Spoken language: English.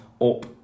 up